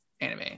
anime